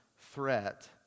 threat